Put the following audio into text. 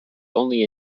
only